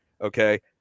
okay